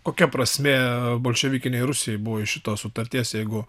kokia prasmė bolševikinei rusijai buvo iš šitos sutarties jeigu